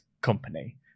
company